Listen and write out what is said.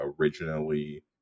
originally